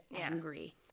angry